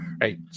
Right